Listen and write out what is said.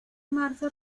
marzo